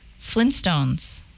Flintstones